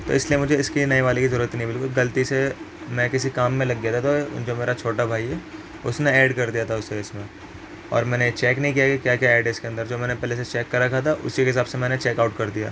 تو اس لیے مجھے اس کی نئے والے کی ضرورت نہیں ہے بالکل غلطی سے میں کسی کام میں لگ گیا تھا تو جو میرا چھوٹا بھائی ہے اس نے ایڈ کر دیا تھا اسے اس میں اور میں نے یہ چیک نہیں کیا کہ کیا کیا ایڈ ہے اس کے اندر جو میں پہلے سے کر رکھا تھا اسی کے حساب سے میں نے چیک آؤٹ کر دیا